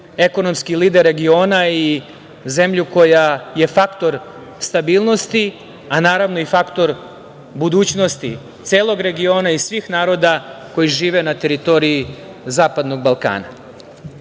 ekonomski lider regiona i zemlju koja je faktor stabilnosti, a naravno i faktor budućnosti celog regiona i svih naroda koji žive na teritoriji Zapadnog